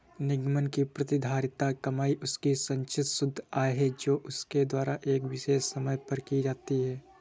निगम की प्रतिधारित कमाई उसकी संचित शुद्ध आय है जो उसके द्वारा एक विशेष समय पर की जाती है